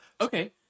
Okay